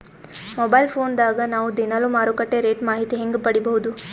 Mobile phone ದಾಗ ನಾವು ದಿನಾಲು ಮಾರುಕಟ್ಟೆ ರೇಟ್ ಮಾಹಿತಿ ಹೆಂಗ ಪಡಿಬಹುದು?